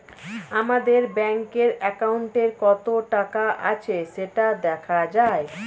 আমাদের ব্যাঙ্কের অ্যাকাউন্টে কত টাকা আছে সেটা দেখা যায়